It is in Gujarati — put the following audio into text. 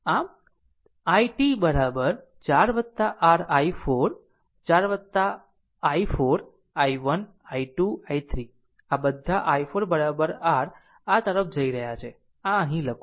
આમ it 4 r i4 4 i4 i1 i 2 i3 આ બધા i4 r તરફ જઈ રહ્યા છે આ અહીં લખો